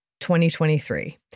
2023